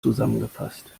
zusammengefasst